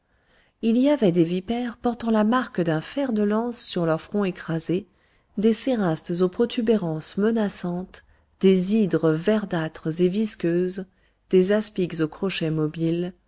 il y avait des vipères portant la marque d'un fer de lance sur leur front écrasé des cérastes aux protubérances menaçantes des hydres verdâtres et visqueuses des aspics aux crochets mobiles